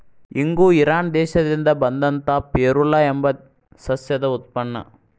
ಇಂಗು ಇರಾನ್ ದೇಶದಿಂದ ಬಂದಂತಾ ಫೆರುಲಾ ಎಂಬ ಸಸ್ಯದ ಉತ್ಪನ್ನ